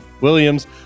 Williams